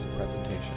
presentation